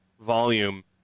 volume